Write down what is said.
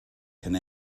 can